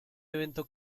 evento